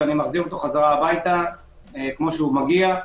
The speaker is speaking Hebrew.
ואני מחזיר אותו הביתה כפי שהוא הגיע,